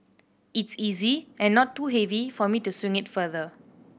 it's easy and not too heavy for me to swing it further